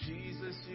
Jesus